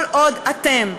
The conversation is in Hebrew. כל עוד אתם,